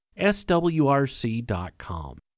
swrc.com